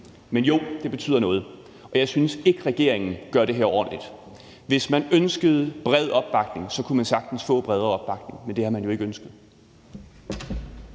Men jo, det betyder noget, og jeg synes ikke, regeringen gør det her ordentligt. Hvis man ønskede bred opbakning, kunne man sagtens få bredere opbakning, men det har man jo ikke ønsket.